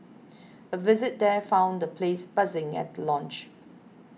a visit there found the place buzzing at the launch